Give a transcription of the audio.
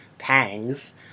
pangs